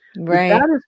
Right